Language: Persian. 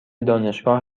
دانشگاه